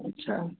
अच्छा